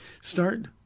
start